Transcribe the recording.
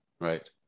right